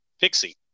pixie